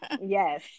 Yes